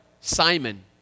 Simon